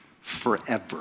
forever